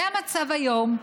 זה המצב היום.